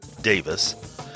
Davis